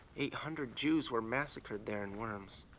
eight hundred jews were massacred there in worms,